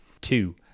Two